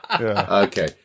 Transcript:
Okay